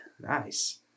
Nice